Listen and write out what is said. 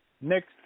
Next